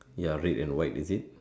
ya red and white is it